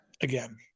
Again